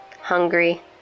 hungry